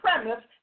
premise